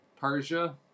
Persia